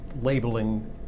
labeling